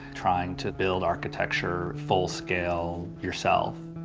trying to build architecture full scale yourself.